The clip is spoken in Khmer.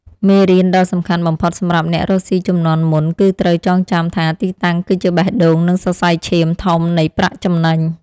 មេរៀនដ៏សំខាន់បំផុតសម្រាប់អ្នករកស៊ីជំនាន់មុន គឺត្រូវចងចាំថាទីតាំងគឺជាបេះដូងនិងសរសៃឈាមធំនៃប្រាក់ចំណេញ។